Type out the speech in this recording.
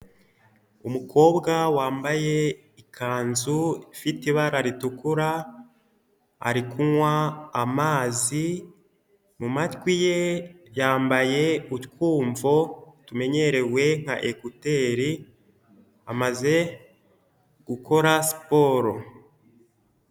Umukobwa wambaye ikanzu ifite ibara ritukura, ari kunywa amazi, mu matwi ye yambaye utwumvo tumenyerewe nka ekuteri, amaze gukora siporo.